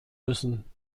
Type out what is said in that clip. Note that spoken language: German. müssen